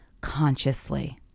consciously